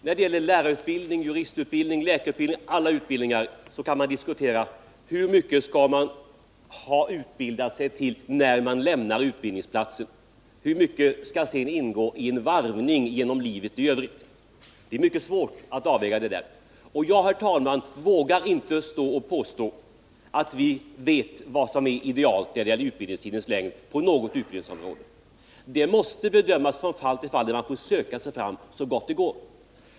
När det gäller lärarutbildning, juristutbildning, läkarutbildning och alla utbildningar över huvud taget kan vi diskutera: Hur mycket skall man ha utbildat sig till när man lämnar utbildningsplatsen? Hur mycket skall sedan ingå i en varvning genom livet i övrigt? Det är svårt att avväga det där, och jag vågar inte här påstå att vi vet vad som är idealt när det gäller utbildningstidens längd på något utbildningsområde. Det måste bedömas från fall till fall — man får söka sig fram så gott det går.